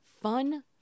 fun